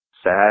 Sad